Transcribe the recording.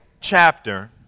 chapter